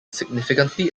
significantly